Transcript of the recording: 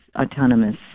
autonomous